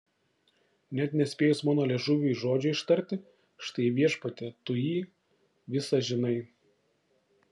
net nespėjus mano liežuviui žodžio ištarti štai viešpatie tu jį visą žinai